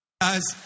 Guys